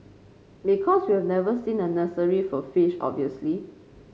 because we've never seen a nursery for fish obviously